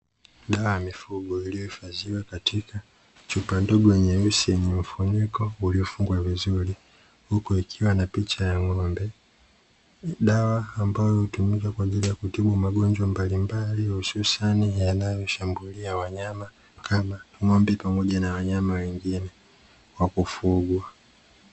Dawa ya mifugo, iliyohifadhiwa katika chupa ndogo nyeusi yenye mfuniko uliofungwa vizuri, huku ikiwa na picha ya ng`ombe. Dawa ambayo hutumika kwa ajili ya kutibu magonjwa mbalimbali, hususani yanayoshambulia wanyama kama ng`ombe pamoja na wanyama wengine wa kufugwa.